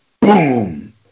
Boom